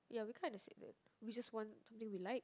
yeah we kinda said that we just want something we like